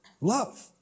love